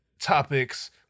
topics